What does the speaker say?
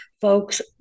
Folks